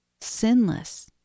sinless